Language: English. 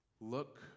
Look